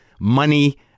money